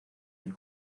del